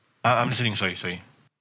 ah I'm listening sorry sorry